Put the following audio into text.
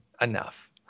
enough